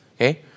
okay